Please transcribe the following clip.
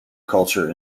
culture